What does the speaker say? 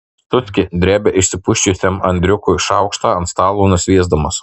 suski drebia išsipusčiusiam andriukui šaukštą ant stalo nusviesdamas